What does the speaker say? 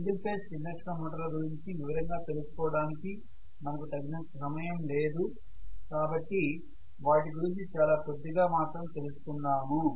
single phase induction మోటార్ల గురించి వివరంగా తెలుసుకోవడానికి మనకు తగినంత సమయం లేదు కాబట్టి వాటి గురించి చాలా కొద్దిగా మాత్రం తెల్సుకుందాము